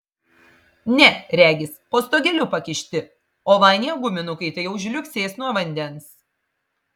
ne regis po stogeliu pakišti o va anie guminukai tai jau žliugsės nuo vandens